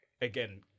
again